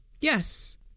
Yes